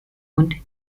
und